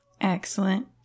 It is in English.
Excellent